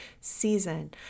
season